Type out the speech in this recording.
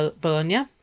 Bologna